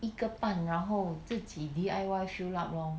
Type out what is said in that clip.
一个半然后自己 D_I_Y sew up lor